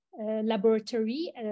laboratory